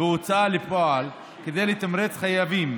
בהוצאה לפועל כדי לתמרץ חייבים